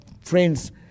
friends